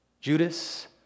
Judas